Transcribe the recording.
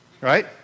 Right